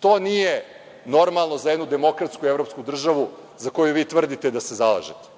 To nije normalno za jednu demokratsku evropsku državu za koju tvrdite da se zalažete.